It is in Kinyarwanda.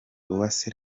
uwase